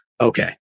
Okay